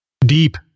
Deep